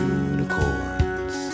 unicorns